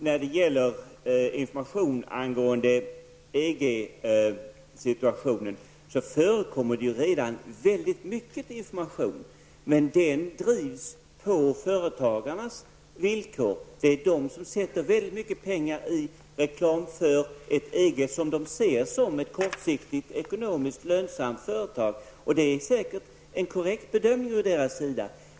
Herr talman! Det förekommer ju redan väldigt mycket information när det gäller EG-situationen, men den drivs på företagarnas villkor. Det är de som lägger mycket pengar på reklam för ett EG som de ser som ett kortsiktigt ekonomiskt lönsamt företag. Det är säkert en korrekt bedömning från deras sida.